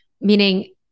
Meaning